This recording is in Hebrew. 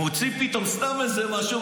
מוציא פתאום סתם איזה משהו,